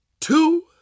two